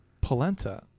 polenta